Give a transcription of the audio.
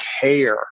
care